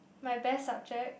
my best subject